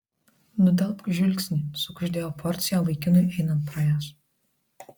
nudelbk žvilgsnį sukuždėjo porcija vaikinui einant pro jas